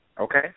Okay